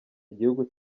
igihugu